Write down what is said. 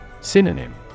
Synonym